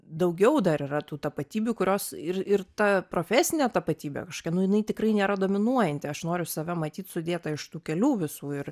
daugiau dar yra tų tapatybių kurios ir ir ta profesinė tapatybė kašokia nu jinai tikrai nėra dominuojanti aš noriu save matyt sudėtą iš tų kelių visų ir